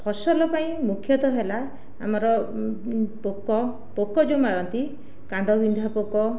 ଫସଲ ପାଇଁ ମୁଖ୍ୟତଃ ହେଲା ଆମର ପୋକ ପୋକ ଯେଉଁ ମାରନ୍ତି କାଣ୍ଡବିନ୍ଧା ପୋକ